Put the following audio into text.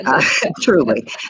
truly